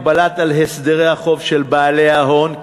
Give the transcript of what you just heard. הגבלת הסדרי החוב של בעלי ההון,